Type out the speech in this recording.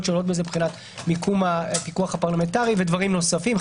שעולות מזה מבחינת מיקום הפיקוח הפרלמנטרי ודברים נוספים,